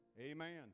Amen